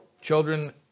Children